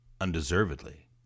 undeservedly